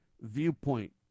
Viewpoint